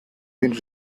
been